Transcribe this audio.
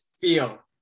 feel